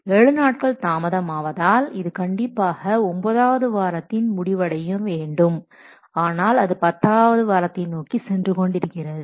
7 நாட்கள் தாமதம் ஆவதால் இது கண்டிப்பாக 9 ஆவது வாரத்தில் முடி முடிவடைய வேண்டும் ஆனால் அது பத்தாவது வாரத்தை நோக்கி சென்று கொண்டிருக்கிறது